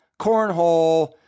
cornhole